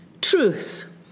truth